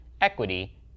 equity